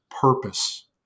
purpose